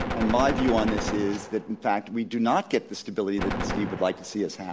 and my view on this is that in fact we do not get the stability that steve would like to see us have